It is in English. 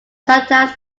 sometimes